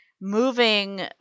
moving